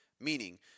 Meaning